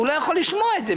הוא לא יכול לשמוע את זה,